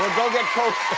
go get coached